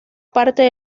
parte